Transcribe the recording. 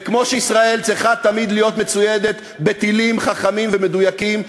וכמו שישראל צריכה תמיד להיות מצוידת בטילים חכמים ומדויקים,